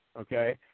Okay